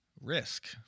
risk